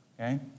Okay